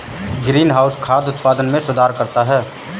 greenhouse खाद्य उत्पादन में सुधार करता है